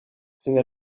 zijn